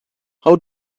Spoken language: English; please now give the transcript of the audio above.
how